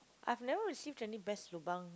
I've never received any best lobang